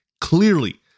clearly